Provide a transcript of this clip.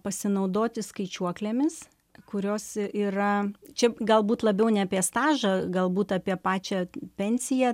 pasinaudoti skaičiuoklėmis kurios yra čia galbūt labiau ne apie stažą galbūt apie pačią pensiją